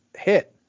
hit